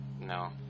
No